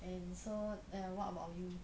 and so ya what about you